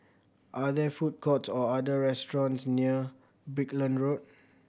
are there food courts or are there food restaurants near Brickland Road